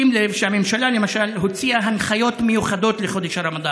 שים לב למשל שהממשלה הוציאה הנחיות מיוחדות לחודש הרמדאן,